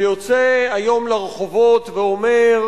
שיוצא היום לרחובות ואומר: